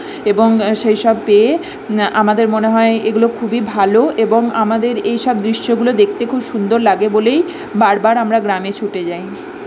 এবং সেই সব পেয়ে আমাদের মনে হয় এগুলো খুবই ভালো এবং আমাদের এই সব দৃশ্যগুলো দেখতে খুব সুন্দর লাগে বলেই বার বার আমরা গ্রামে ছুটে যাই